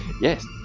Yes